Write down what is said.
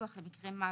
ביטוח למקרי מוות